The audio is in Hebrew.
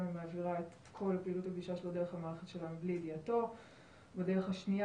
היום ה-21 בדצמבר 2020,